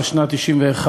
התשנ"א 1991,